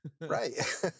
right